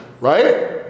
right